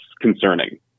concerning